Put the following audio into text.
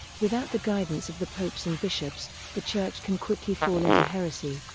without the guidance of the popes and bishops, the church can quickly fall into heresy,